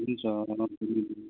हुन्छ